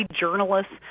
journalists